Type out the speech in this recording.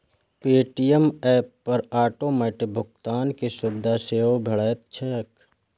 Paytm app पर automatic भुगतान के सुविधा सेहो भेटैत छैक